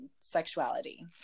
sexuality